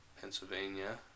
Pennsylvania